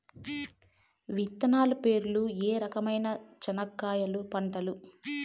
విత్తనాలు పేర్లు ఏ రకమైన చెనక్కాయలు పంటలు?